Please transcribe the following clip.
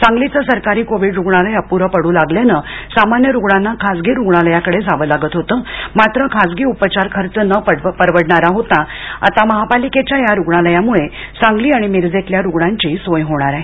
सांगलीचं सरकारी कोविड रुग्णालय अपुरं पडू लागल्यानं सामान्य रुग्णांना खासगी रुग्णालयाकडे जावं लागत होतं मात्र खासगी उपचारखर्च न परवडणारा होता आता महापालिकेच्या या रुग्णालयामुळे सांगली आणि मिरजेतल्या रुग्णांची सोय होणार आहे